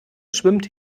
schwimmt